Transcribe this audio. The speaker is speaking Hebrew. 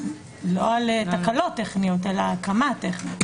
לא על תקלות טכניות, על ההקמה הטכנית.